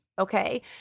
Okay